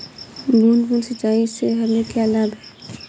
बूंद बूंद सिंचाई से हमें क्या लाभ है?